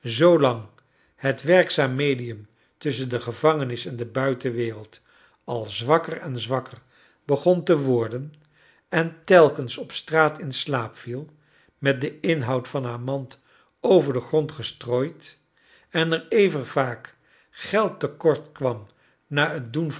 lang het werkzaam medium tusschen de gevangenis en de buitenwereid al zwakker en zwakker begon te worden en telkens op straat in slaap viel met den inhoud van haar mand over den grond gestrooid en er even vaak geld tekort kwam na het doen